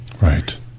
Right